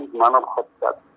money that